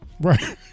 Right